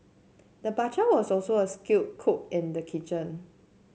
the butcher was also a skilled cook in the kitchen